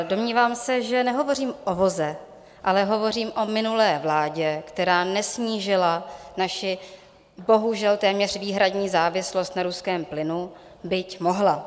Domnívám se, že nehovořím o voze, ale hovořím o minulé vládě, která nesnížila naši bohužel téměř výhradní závislost na ruském plynu, byť mohla.